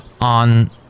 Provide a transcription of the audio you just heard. on